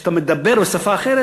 כשאתה מדבר בשפה אחרת,